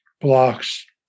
blocks